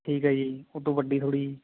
ਠੀਕ ਹੈ ਜੀ ਉੱਦੋਂ ਵੱਡੀ ਥੋੜ੍ਹੀ ਜਿਹੀ